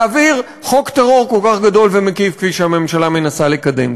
להעביר חוק טרור כל כך גדול ומקיף כפי שהממשלה מנסה לקדם.